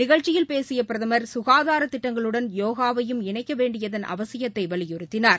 நிகழ்ச்சியில் பேசியபிரதம் க்காதாரத் திட்டங்களுடன் யோகாவையும் இணைக்கவேண்டியதன் அவசியத்தைவலியுறுத்தினார்